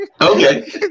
Okay